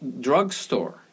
drugstore